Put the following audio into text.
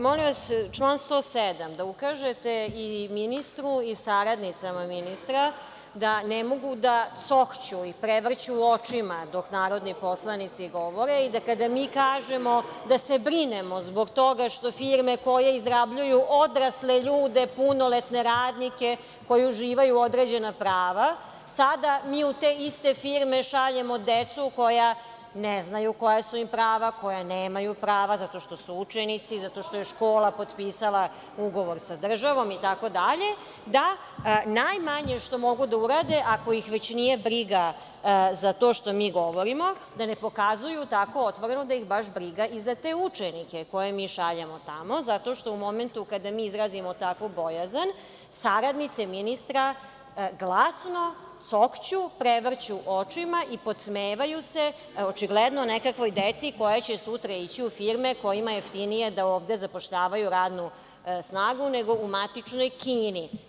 Molim vas član 107. da ukažete i ministru i saradnicima ministra da ne mogu da cokću i da prevrću očima dok narodni poslanici govore, i da kada mi kažemo da se brinemo zbog toga što firme koje izrabljuju odrasle ljude, punoletne radnike koji uživaju određena prava, sada mi u te iste firme šaljemo decu koja ne znaju koja su im prava, koja nemaju prava, zato što su učenici, zato što je škola potpisala ugovor sa državom itd, da najmanje što mogu da urade, ako ih već nije briga za to što mi govorimo, da ne pokazuju tako otvoreno da ih baš briga i za te učenike koje mi šaljemo tamo, zato što u momentu kada mi izrazimo takvu bojazan, saradnici ministra glasno cokću, prevrću očima i podsmevaju se, očigledno nekakvoj deci koja će sutra ići u firme kojima je jeftinije da ovde zapošljavaju radnu snagu, nego u matičnoj Kini.